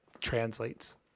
translates